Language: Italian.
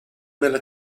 nella